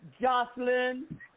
Jocelyn